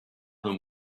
him